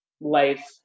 life